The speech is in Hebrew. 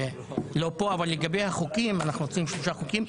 אבל לגבי החוקים אנחנו רוצים שלושה חוקים.